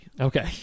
Okay